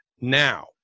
now